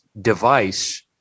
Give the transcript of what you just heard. device